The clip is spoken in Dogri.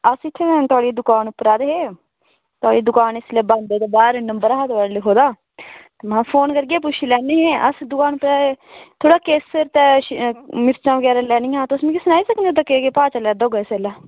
अस इत्थें दकान उप्पर आए दे हे ते एह् दकान इसलै बंद ऐ ते बाह्र एह् नंबर हा थुआढ़ा लखोए दा महां फोन करियै पुच्छी लैन्ने आं अस दुकान उप्पर आए ते केसर ते मिश्टां बगैरा लैनियां ते तुस मिगी सनाई सकदे एह्दा केह् केह् भाऽ चला दा होग इस बेल्लै